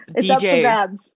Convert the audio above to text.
DJ